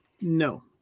No